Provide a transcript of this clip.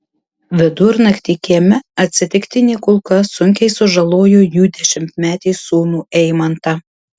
vidurnaktį kieme atsitiktinė kulka sunkiai sužalojo jų dešimtmetį sūnų eimantą